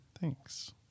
Thanks